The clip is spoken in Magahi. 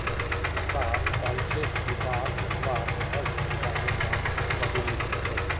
सरकार कहलछेक कि बाढ़ ओसवार वजह स प्याजेर दाम बढ़िलछेक